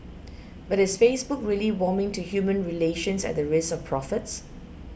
but is Facebook really warming to human relations at the risk of profits